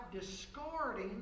discarding